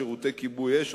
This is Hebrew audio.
שירותי כיבוי אש,